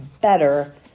better